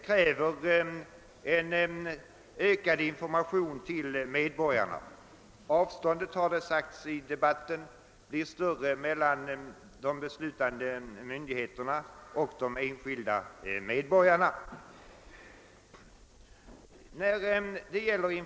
Som framhållits i debatten blir då avståndet mellan de beslutande myndigheterna och de enskilda medborgarna större.